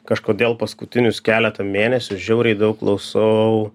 kažkodėl paskutinius keletą mėnesių žiauriai daug klausau